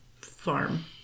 farm